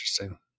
Interesting